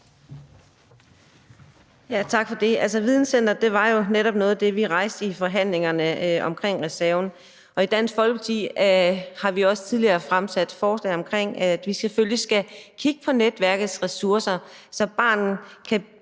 Tak for det. Videnscenteret var jo netop noget af det, som vi tog op i forhandlingerne om reserven, og i Dansk Folkeparti har vi også tidligere fremsat forslag om, at man selvfølgelig skal kigge på netværkets ressourcer, så barnet kan